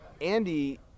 Andy